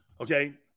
Okay